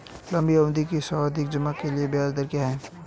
लंबी अवधि के सावधि जमा के लिए ब्याज दर क्या है?